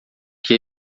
que